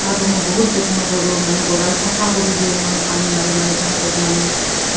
তাহাঁতক মই বহুত যত্ন কৰোঁ মানে গঁৰাল চাফা কৰি দিওঁ মই পানী মাৰি মাৰি তাহাঁতক মানে